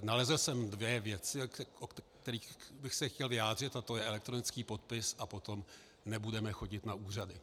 Nalezl jsem dvě věci, o kterých bych se chtěl vyjádřit, a to je elektronický podpis a potom nebudeme chodit na úřady.